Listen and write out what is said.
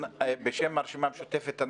בשם הרשימה המשותפת,